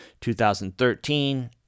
2013